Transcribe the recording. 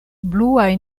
bluaj